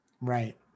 Right